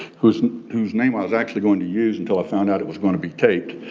whose whose name i was actually gonna use until i found out it was gonna be taped.